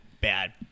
bad